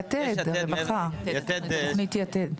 תוכנית יתד.